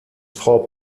frau